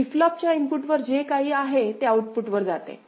flip फ्लॉपच्या इनपुटवर जे काही आहे ते आउटपुटवर जाते